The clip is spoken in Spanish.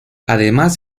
además